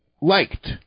liked